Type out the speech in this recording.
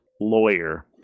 lawyer